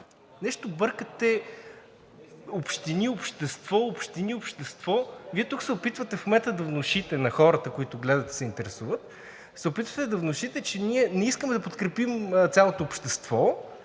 Нещо бъркате общини – общество, общини – общество… Вие тук се опитвате в момента да внушите на хората, които гледат и се интересуват, се опитвате да внушите, че ние не искаме да подкрепим цялото общество